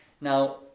Now